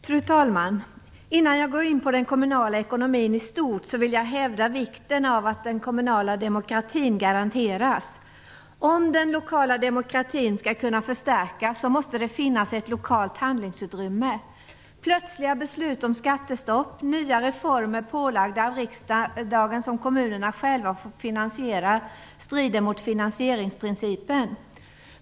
Fru talman! Innan jag går in på den kommunala ekonomin i stort vill jag hävda vikten av att den kommunala demokratin garanteras. Om den lokala demokratin skall kunna förstärkas måste det finnas ett lokalt handlingsutrymme. Plötsliga beslut om skattestopp och nya reformer pålagda av riksdagen som kommunerna själva får finansiera strider mot finansieringsprincipen.